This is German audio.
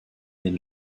den